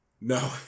No